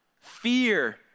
fear